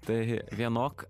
tai vienok